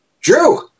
Drew